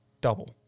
double